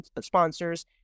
sponsors